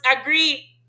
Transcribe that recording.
agree